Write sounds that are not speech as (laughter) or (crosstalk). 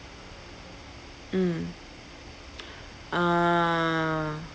mm (breath) ah